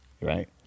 Right